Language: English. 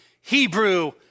Hebrew